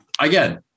Again